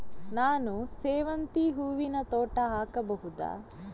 ನಾನು ಸೇವಂತಿ ಹೂವಿನ ತೋಟ ಹಾಕಬಹುದಾ?